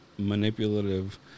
manipulative